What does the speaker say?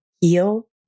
heal